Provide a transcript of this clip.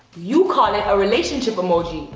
you call it a relationship emoji.